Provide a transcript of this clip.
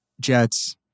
Jets